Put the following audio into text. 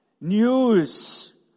news